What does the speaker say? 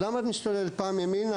למה את משתוללת פעם ימינה,